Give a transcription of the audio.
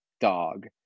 dog